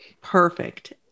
Perfect